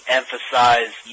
emphasize